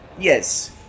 yes